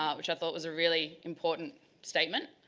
ah which i thought was a really important statement.